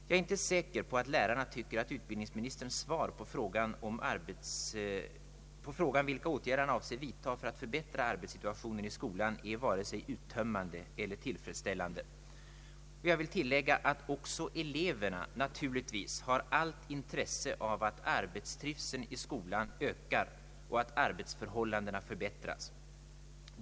Jag är inte säker på att lärarna tycker att utbildningsministerns svar på frågan, vilka åtgärder han avser att vidta för att förbättra arbetssituationen i skolan, är vare sig uttömmande eller tillfredsställande. Jag vill tillägga att också eleverna naturligtvis har allt intresse av att arbetstrivseln i skolan ökar och att arbetsförhållandena förbättras.